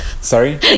Sorry